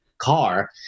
Car